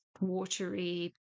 watery